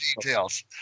details